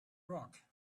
rock